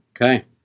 Okay